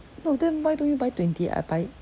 no then why don't you buy twenty I buy